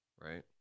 right